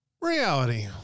Reality